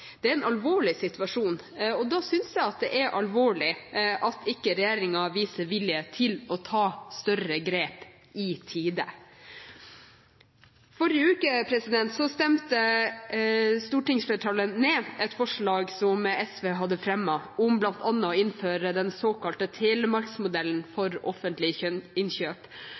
Det er en alvorlig situasjon, og da synes jeg det er alvorlig at ikke regjeringen viser vilje til å ta større grep i tide. Forrige uke stemte stortingsflertallet ned et forslag som SV hadde fremmet om bl.a. å innføre den såkalte Telemarks-modellen for offentlige innkjøp